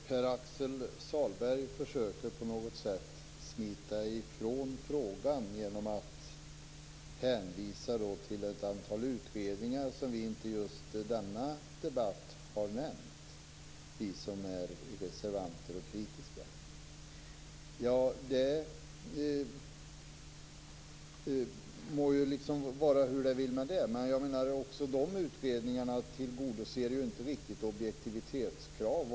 Herr talman! Pär-Axel Sahlberg försöker på något sätt att smita ifrån frågan genom att hänvisa till ett antal utredningar som vi som är reservanter och kritiska inte har nämnt i just denna debatt. Det må vara hur det vill med det, men jag menar att de utredningarna inte riktigt tillgodoser objektivitetskravet.